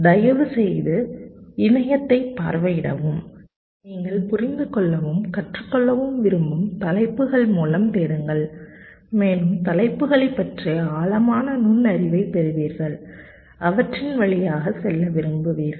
தயவுசெய்து இணையத்தைப் பார்வையிடவும் நீங்கள் புரிந்துகொள்ளவும் கற்றுக்கொள்ளவும் விரும்பும் தலைப்புகள் மூலம் தேடுங்கள் மேலும் தலைப்புகளைப் பற்றிய ஆழமான நுண்ணறிவைப் பெறுவீர்கள் அவற்றின் வழியாக செல்ல விரும்புகிறீர்கள்